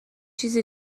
چیزی